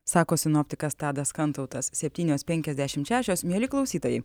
sako sinoptikas tadas kantautas septynios penkiasdešimt šešios mieli klausytojai